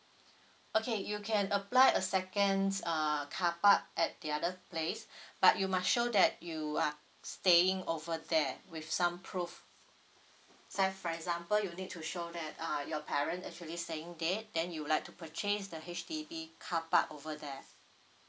okay you can apply a second's uh carpark at the other place but you must show that you are staying over there with some proof say for example you need to show that uh your parent actually staying there then you'd like to purchase the H_D_B carpark over there